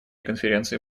конференции